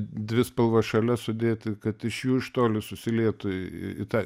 dvi spalvas šalia sudėti kad iš jų iš toli susilietų į į į tą